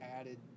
added